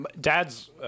Dad's